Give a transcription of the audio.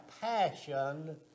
passion